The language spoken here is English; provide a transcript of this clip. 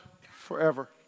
Forever